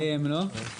זו דרך טובה לסיים, לא?